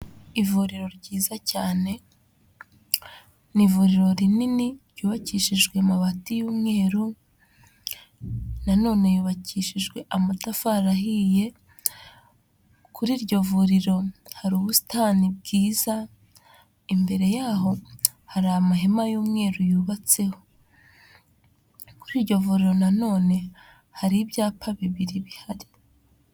Ivuriro ryiza cyane, ni ivuriro rinini ryubakishijwe amabati y'umweru, nanone yubakishijwe amatafari ahiye, kuri iryo vuriro hari ubusitani bwiza, imbere y'aho hari amahema y'umweru yubatseho. Kuri iryo vuriro nanone hari ibyapa bibiri bihari.